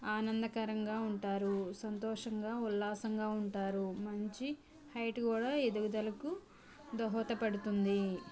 ఆనందకరంగా ఉంటారు సంతోషంగా ఉల్లాసంగా ఉంటారు మంచి హైట్ కూడా ఎదుగుదలకు దోహదపడుతుంది